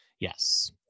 Yes